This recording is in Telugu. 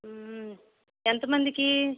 ఎంతమందికి